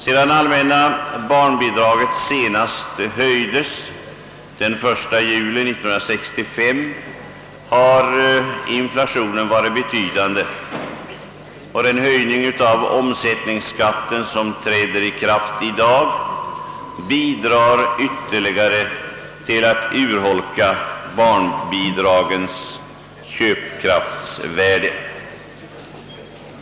Sedan de allmänna barnbidragen senast höjdes den 1 juli 1965 har inflationen varit betydande, och den höjning av omsättningsskatten, som träder i kraft i dag, bidrar ytterligare till att urholka barnbidragens köpkraft.